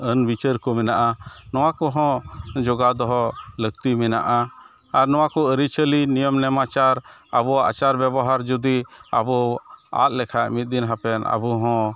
ᱟᱹᱱ ᱵᱤᱪᱟᱹᱨᱠᱚ ᱢᱮᱱᱟᱜᱼᱟ ᱱᱚᱣᱟᱠᱚᱦᱚᱸ ᱡᱚᱜᱟᱣᱫᱚᱦᱚ ᱞᱟᱹᱠᱛᱤ ᱢᱮᱱᱟᱜᱼᱟ ᱟᱨ ᱱᱚᱣᱟᱠᱚ ᱟᱹᱨᱤᱪᱟᱹᱞᱤ ᱱᱤᱭᱚᱢᱼᱱᱮᱢᱟᱪᱟᱨ ᱟᱵᱚᱣᱟᱜ ᱟᱪᱟᱨᱼᱵᱮᱵᱚᱦᱟᱨ ᱡᱩᱫᱤ ᱟᱵᱚ ᱟᱫ ᱞᱮᱠᱷᱟᱡ ᱢᱤᱫ ᱫᱤᱱ ᱦᱟᱯᱮᱱ ᱟᱵᱚᱦᱚᱸ